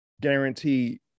guaranteed